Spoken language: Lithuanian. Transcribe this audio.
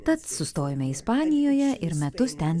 tad sustojome ispanijoje ir metus ten